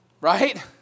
Right